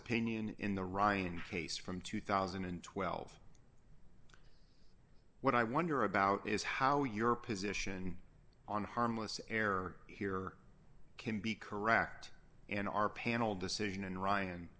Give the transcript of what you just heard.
opinion in the ryan case from two thousand and twelve what i wonder about is how your position on harmless error here can be correct and our panel decision and ryan